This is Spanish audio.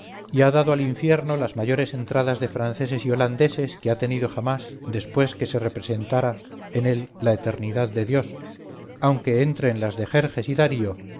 y ha dado al infierno las mayores entradas de franceses y holandeses que ha tenido jamás después que se representa en él la eternidad de dios aunque entren las de jerjes y darío